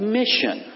mission